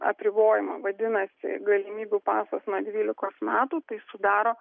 apribojimą vadinasi galimybių pasas nuo dvylikos metų tai sudaro